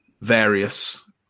various